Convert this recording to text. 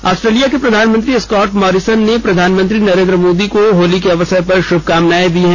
Australia के प्रधानमंत्री Scott Morrison ने प्रधानमंत्री नरेन्द्र मोदी को होली के अवसर पर शुभकामनाएं दी है